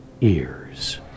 ears